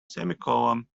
semicolon